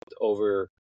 over